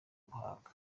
muhanga